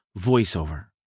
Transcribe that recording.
voiceover